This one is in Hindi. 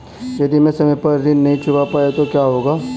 यदि मैं समय पर ऋण नहीं चुका पाई तो क्या होगा?